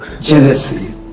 jealousy